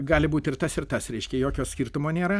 gali būt ir tas ir tas reiškia jokio skirtumo nėra